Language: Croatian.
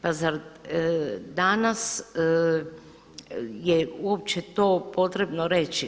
Pa zar danas je uopće to potrebno reći?